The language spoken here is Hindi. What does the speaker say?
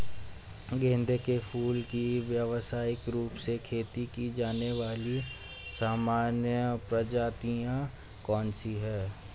गेंदे के फूल की व्यवसायिक रूप से खेती की जाने वाली सामान्य प्रजातियां कौन सी है?